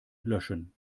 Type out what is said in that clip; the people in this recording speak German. löschen